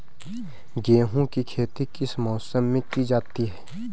गेहूँ की खेती किस मौसम में की जाती है?